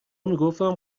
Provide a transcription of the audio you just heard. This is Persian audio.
میگفتم